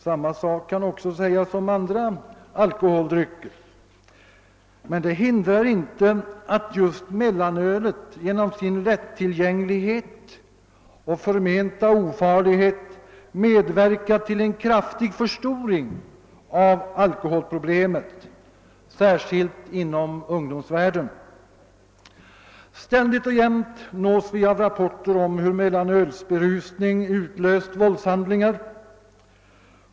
Samma sak kan också sägas om andra alkoholdrycker. Men det hindrar inte att just mellanölet genom sin lättillgänglighet och förmenta ofarlighet medverkat till en kraftig förstoring av alkoholproblemet, särskilt inom ungdomsvärlden. Ständigt och jämt nås vi av rapporter om hur mellanölsberusning utlöst våldshandlingar.